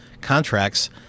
contracts